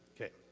Okay